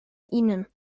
ihnen